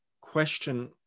question